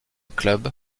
club